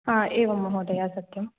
ह एवं महोदय सत्यं